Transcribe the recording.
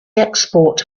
export